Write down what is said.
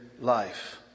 life